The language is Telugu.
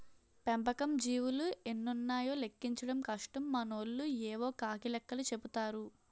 పెంపకం జీవులు ఎన్నున్నాయో లెక్కించడం కష్టం మనోళ్లు యేవో కాకి లెక్కలు చెపుతారు